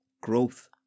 growth